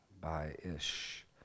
by-ish